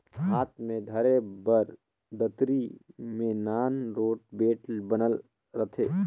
हाथ मे धरे बर दतरी मे नान रोट बेठ बनल रहथे